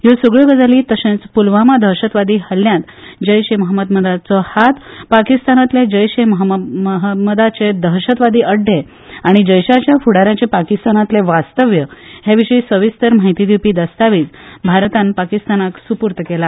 ह्यो सगल्यो गजाली तशेच प्लवामा दहशदवादी हल्ल्यांत जैश ए महम्मदाचो हात पाकिस्तानातले जैश ए महम्मदाचे दशहदवादी अड्डे आनी जैशाच्या फूडाऱ्याचें पाकिस्तानातले वास्तव्य हे विशी सविस्तर म्हायती दिवपी दस्तावेज भारतान पाकिस्तानाक सुपुर्द केला